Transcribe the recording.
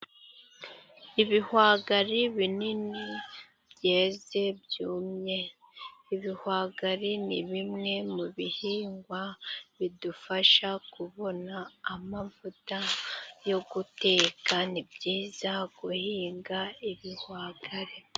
Ibihwagari binini byeze byumye, ibihwagari ni bimwe mu bihingwa bidufasha kubona amavuta yo guteka. Ni byiza guhinga ibihwagari.